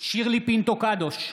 שירלי פינטו קדוש,